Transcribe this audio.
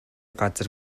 газар